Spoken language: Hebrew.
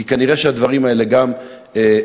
כי כנראה הדברים האלה גם הורגים.